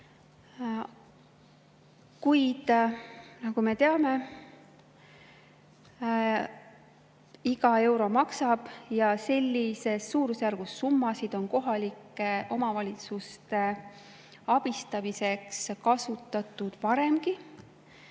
Kuid nagu me teame, iga euro maksab. Ja sellises suurusjärgus summasid on kohalike omavalitsuste abistamiseks kasutatud varemgi.